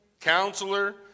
Counselor